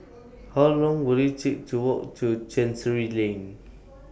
How Long Will IT Take to Walk to Chancery Lane